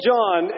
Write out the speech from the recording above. John